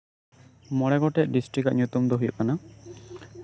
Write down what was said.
ᱢᱚᱬᱮ ᱜᱚᱴᱮᱱ ᱰᱤᱥᱴᱤᱠ ᱟᱜ ᱧᱩᱛᱩᱢ ᱫᱚ ᱦᱳᱭᱳᱜ ᱠᱟᱱᱟ